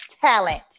talent